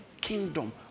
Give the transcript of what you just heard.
kingdom